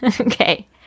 okay